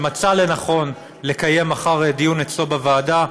שמצא לנכון לקיים מחר דיון אצלו בוועדה,